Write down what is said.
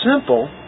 simple